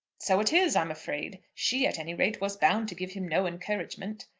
so it is i'm afraid. she at any rate was bound to give him no encouragement.